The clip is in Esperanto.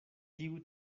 tiu